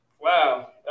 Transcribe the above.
wow